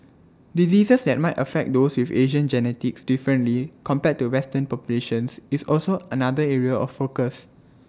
diseases that might affect those with Asian genetics differently compared to western populations is also another area of focus